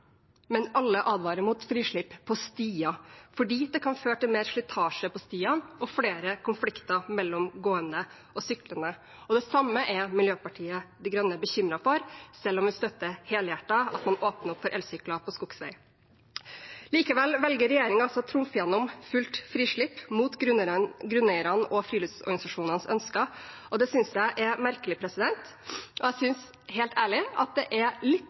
Men alle advarer mot frislipp på stier fordi det kan føre til mer slitasje på stiene og flere konflikter mellom gående og syklende. Det samme er Miljøpartiet De Grønne bekymret for, selv om vi helhjertet støtter at man åpner opp for elsykler på skogsveier. Likevel velger regjeringen altså å trumfe igjennom fullt frislipp, mot grunneierne og friluftsorganisasjonenes ønsker. Det synes jeg er merkelig. Jeg synes helt ærlig at det er litt